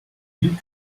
you